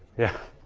yeah.